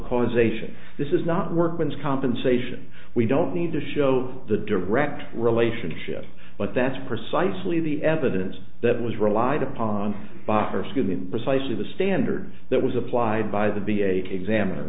causation this is not workman's compensation we don't need to show the direct relationship but that's precisely the evidence that was relied upon by her school in precisely the standard that was applied by the be a examiner